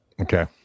Okay